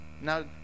Now